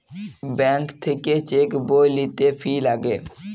bank থাক্যে cheque বই লিতে ফি লাগে